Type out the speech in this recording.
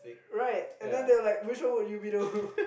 right and then they're like which one would you be though